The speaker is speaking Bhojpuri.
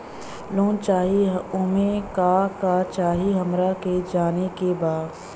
लोन चाही उमे का का चाही हमरा के जाने के बा?